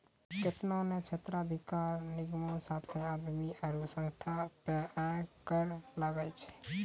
केतना ने क्षेत्राधिकार निगमो साथे आदमी आरु संस्था पे आय कर लागै छै